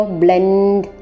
blend